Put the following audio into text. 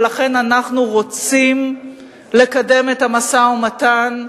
ולכן אנחנו רוצים לקדם את המשא-ומתן.